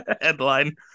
headline